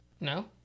No